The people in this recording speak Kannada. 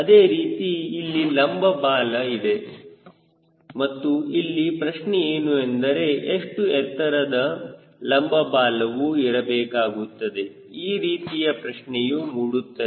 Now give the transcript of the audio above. ಅದೇ ರೀತಿ ಇಲ್ಲಿ ಲಂಬ ಬಾಲವು ಇದೆ ಮತ್ತು ಇಲ್ಲಿ ಪ್ರಶ್ನೆ ಏನು ಎಂದರೆ ಎಷ್ಟು ಎತ್ತರದ ಲಂಬ ಬಾಲವು ಇರಬೇಕಾಗುತ್ತದೆ ಈ ರೀತಿಯ ಪ್ರಶ್ನೆಯೂ ಮೂಡುತ್ತದೆ